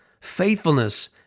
faithfulness